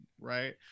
right